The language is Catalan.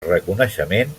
reconeixement